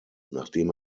nachdem